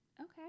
Okay